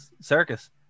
Circus